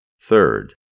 Third